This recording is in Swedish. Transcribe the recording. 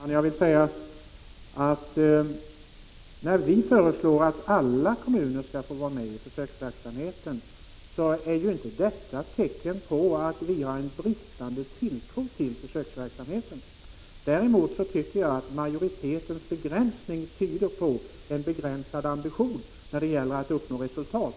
Herr talman! När vi moderater föreslår att alla kommuner skall få med i försöksverksamheten är det inte ett tecken på att vi har en bristande tilltro till försöksverksamheten. Däremot tycker jag att majoritetens begränsning tyder på en begränsad ambition när det gäller att uppnå resultat